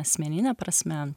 asmenine prasme